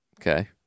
Okay